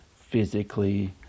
physically